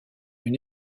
une